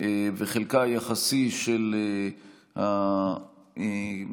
וחלקה היחסי של הקהילה היהודית,